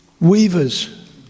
weavers